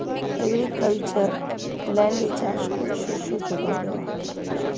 agricultural ল্যান্ডে চাষ করে শস্য যোগান দেওয়া হয়